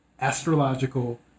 astrological